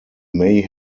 may